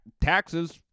taxes